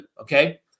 Okay